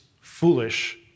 foolish